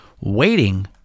waiting